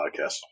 podcast